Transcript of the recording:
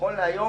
נכון להיום